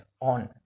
on